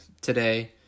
today